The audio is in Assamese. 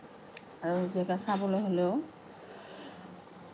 আৰু জেগা চাবলৈ হ'লেও